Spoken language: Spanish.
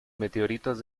meteoritos